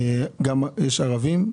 - יש ערבים?